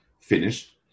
finished